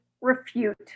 refute